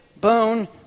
bone